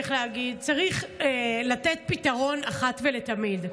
צריך להגיד: צריך לתת פתרון אחת ולתמיד.